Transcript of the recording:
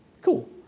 Cool